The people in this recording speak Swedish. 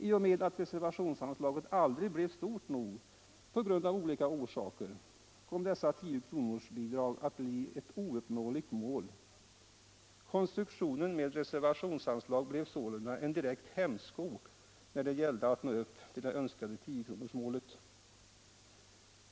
I och med att reservationsanslaget av olika orsaker aldrig blev stort nog kom dessa tiokronorsbidrag att bli ett ouppnåeligt mål. Konstruktionen med reservationsanslag blev sålunda en direkt hämsko när det gällde att nå upp till det önskade tiokronorsmålet.